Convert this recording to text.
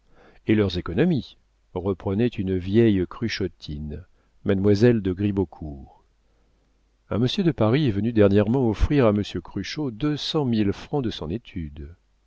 et leurs économies reprenait une vieille cruchotine mademoiselle de gribeaucourt un monsieur de paris est venu dernièrement offrir à monsieur cruchot deux cent mille francs de son étude